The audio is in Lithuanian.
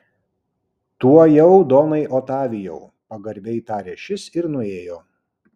tuojau donai otavijau pagarbiai tarė šis ir nuėjo